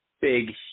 big